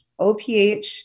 OPH